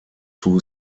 two